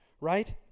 Right